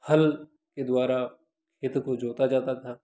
हल के द्वारा खेतों को जोता जाता था